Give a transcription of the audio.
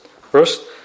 First